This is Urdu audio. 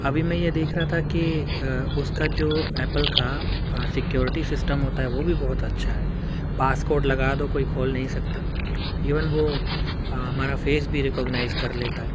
ابھی میں یہ دیکھ رہا تھا کہ اس کا جو ایپل کا سیکیورٹی سسٹم ہوتا ہے وہ بھی بہت اچھا ہے پاس کوڈ لگا دو کوئی کھول نہیں سکتا ایون وہ ہمارا فیس بھی رکگنائز کر لیتا ہے